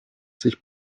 sich